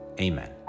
amen